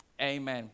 amen